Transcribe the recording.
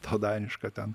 ta daniška ten